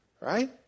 right